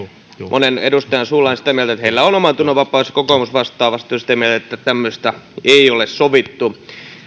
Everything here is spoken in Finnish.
monen edustajan suulla on sitä mieltä että heillä on omantunnonvapaus ja kokoomus vastaavasti on sitä mieltä että tämmöisestä ei ole sovittu